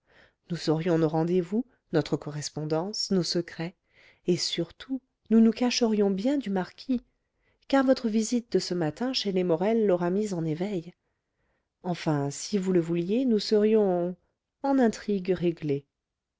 nous aurions nos rendez-vous notre correspondance nos secrets et surtout nous nous cacherions bien du marquis car votre visite de ce matin chez les morel l'aura mis en éveil enfin si vous le vouliez nous serions en intrigue réglée